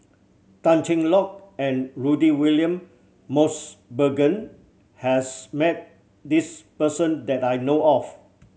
Tan Cheng Lock and Rudy William Mosbergen has met this person that I know of